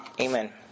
Amen